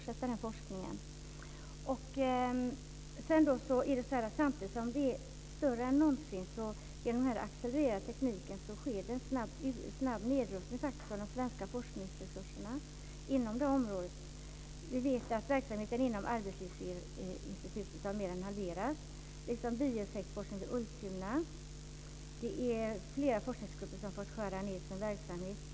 Samtidigt som detta område blir större än någonsin sker det faktiskt en snabb nedrustning av de svenska forskningsresurserna i detta sammanhang. Verksamheten vid Arbetslivsinstitutet har mer än halverats. Detsamma gäller bieffektsforskningen vid Ultuna. Flera forskningsgrupper har fått skära ned sin verksamhet.